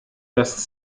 das